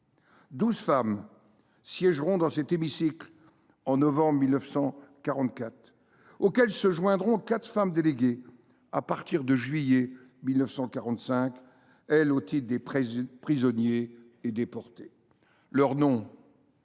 femmes siégeront dans cet hémicycle en novembre 1944, auxquelles se joindront quatre femmes déléguées, à partir du 20 juillet 1945, au titre des prisonniers et déportés. Je tiens